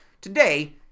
Today